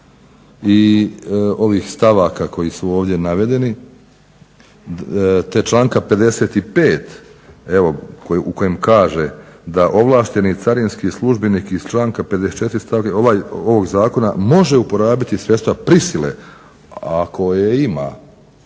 i ovih stavaka koji su ovdje navedeni te članka 55. evo u kojem kaže da ovlašteni carinski službenik iz članka 54. ovog zakona može uporabiti sredstva prisile, ako je ima,